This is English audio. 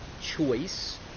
choice